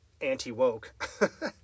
anti-woke